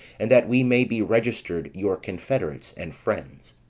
and that we may be registered your confederates and friends.